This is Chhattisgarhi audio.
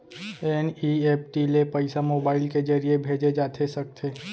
एन.ई.एफ.टी ले पइसा मोबाइल के ज़रिए भेजे जाथे सकथे?